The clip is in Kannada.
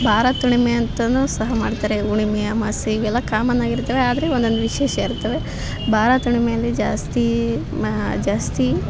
ಭಾರತ ಹುಣ್ಮೆ ಅಂತನೂ ಸಹ ಮಾಡ್ತಾರೆ ಹುಣ್ಮೆ ಅಮ್ವಾಸೆ ಇವೆಲ್ಲ ಕಾಮನ್ ಆಗಿರ್ತವೆ ಆದರೆ ಒಂದೊಂದು ವಿಶೇಷ ಇರ್ತವೆ ಭಾರತ ಹುಣ್ಮೆಯಲ್ಲಿ ಜಾಸ್ತಿ ಮ ಜಾಸ್ತಿ